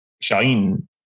shine